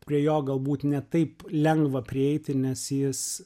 prie jo galbūt ne taip lengva prieiti nes jis